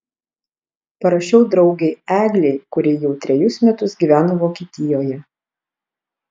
parašiau draugei eglei kuri jau trejus metus gyveno vokietijoje